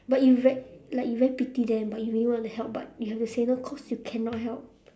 but you very like you very pity them but you really want to help but you have to say no cause you cannot help